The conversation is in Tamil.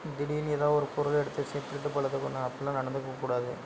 திடீர்னு ஏதாவது ஒரு பொருளை எடுத்து அப்புடிலாம் நடந்துக்கக் கூடாது